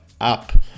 up